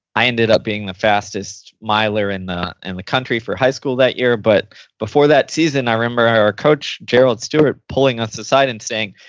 i ended up being the fastest miler in the and the country for high school that year. but before that season, i remember our coach gerald stewart pulling us aside and saying,